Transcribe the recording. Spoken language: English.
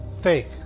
fake